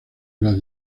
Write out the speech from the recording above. las